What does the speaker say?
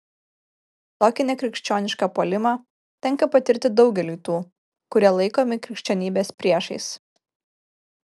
tokį nekrikščionišką puolimą tenka patirti daugeliui tų kurie laikomi krikščionybės priešais